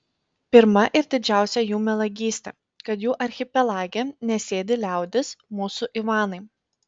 pirma ir didžiausia jų melagystė kad jų archipelage nesėdi liaudis mūsų ivanai